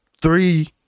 three